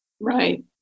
Right